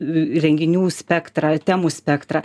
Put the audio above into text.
renginių spektrą temų spektrą